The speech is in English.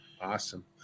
Awesome